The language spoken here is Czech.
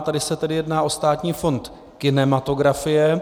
Tady se tedy jedná o Státní fond kinematografie.